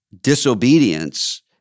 disobedience